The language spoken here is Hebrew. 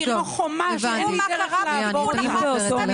כמו חומה שאין לי דרך לעבור אותה,